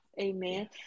Amen